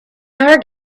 our